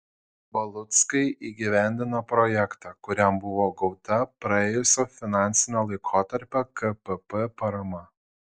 valuckai įgyvendino projektą kuriam buvo gauta praėjusio finansinio laikotarpio kpp parama